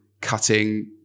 cutting